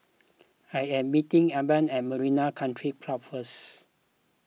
I am meeting Abie at Marina Country Club first